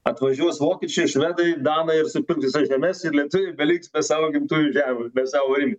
atvažiuos vokiečiai švedai danai ir supirks visas žemes ir lietuviai beliks be savo gimtųjų žemių be savo be savo irgi